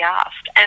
asked